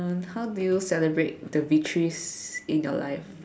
how do you celebrate the victories in your life